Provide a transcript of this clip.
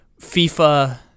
FIFA